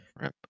right